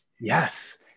Yes